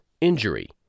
injury